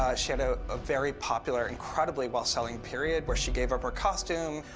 ah she had a ah very popular, incredibly well-selling period, where she gave up her costume.